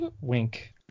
Wink